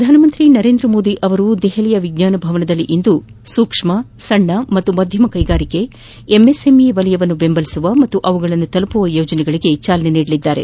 ಪ್ರಧಾನಮಂತಿ ನರೇಂದ್ರ ಮೋದಿ ಅವರು ದೆಹಲಿಯ ವಿಜ್ಞಾನಭವನದಲ್ಲಿಂದು ಸೂಕ್ಷ್ಮ ಸಣ್ಣ ಹಾಗೂ ಮಧ್ಯಮ ಕೈಗಾರಿಕೆ ಎಂಎಸ್ಎಂಇ ವಲಯವನ್ನು ಬೆಂಬಲಿಸುವ ಹಾಗೂ ಅವುಗಳನ್ನು ತಲುಪುವ ಯೋಜನೆಗಳಿಗೆ ಚಾಲನೆ ನೀಡಲಿದ್ದಾರೆ